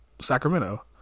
Sacramento